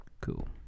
cool